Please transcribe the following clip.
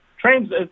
Trains